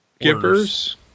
givers